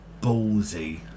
ballsy